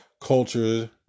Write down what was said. culture